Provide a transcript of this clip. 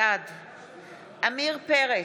בעד עמיר פרץ,